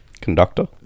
Conductor